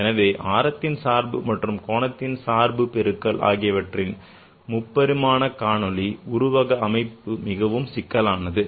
எனவே ஆரத்தின் சார்பு மற்றும் கோண சார்பு பெருக்கல் ஆகியவற்றின் முப்பரிமான காணொளி உருவ அமைப்பு மிகவும் சிக்கலானது